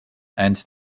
and